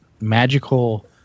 magical